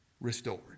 restored